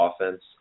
offense